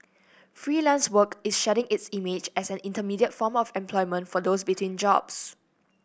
Freelance Work is shedding its image as an intermediate form of employment for those between jobs